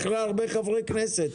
אתה אחרי הרבה חברי כנסת.